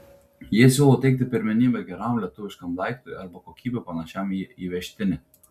jie siūlo teikti pirmenybę geram lietuviškam daiktui arba kokybe panašiam į įvežtinį